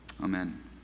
amen